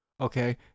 Okay